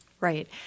Right